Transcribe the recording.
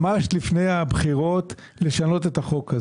ממש לפני הבחירות, לשנות את החוק.